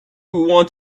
want